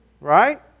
right